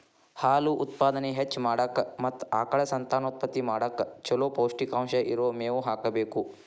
ಹಾಲು ಉತ್ಪಾದನೆ ಹೆಚ್ಚ್ ಮಾಡಾಕ ಮತ್ತ ಆಕಳ ಸಂತಾನೋತ್ಪತ್ತಿ ಮಾಡಕ್ ಚೊಲೋ ಪೌಷ್ಟಿಕಾಂಶ ಇರೋ ಮೇವು ಹಾಕಬೇಕು